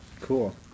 Cool